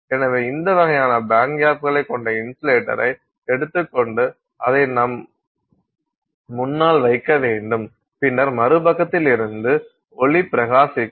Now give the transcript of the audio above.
எனவே இந்த வகையான பேண்ட்கேப்பைக் கொண்ட இன்சுலேட்டரை எடுத்துக்கொண்டு அதை நம் முன்னால் வைக்க வேண்டும் பின்னர் மறுபக்கத்தில் இருந்து ஒளி பிரகாசிக்கும்